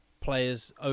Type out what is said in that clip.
players